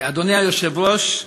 אדוני היושב-ראש,